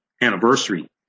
anniversary